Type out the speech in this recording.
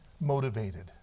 motivated